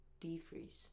Defreeze